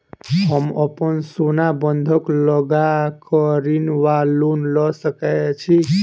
हम अप्पन सोना बंधक लगा कऽ ऋण वा लोन लऽ सकै छी?